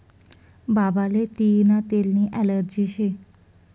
बाबाले तियीना तेलनी ॲलर्जी शे